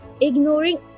Ignoring